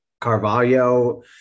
Carvalho